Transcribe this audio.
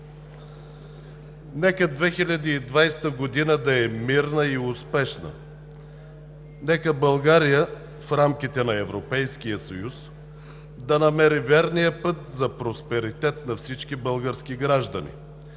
Нека 2021 г. да е мирна и успешна! Нека България в рамките на Европейския съюз да намери верния път за просперитет на всички български граждани,